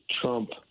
Trump